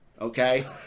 okay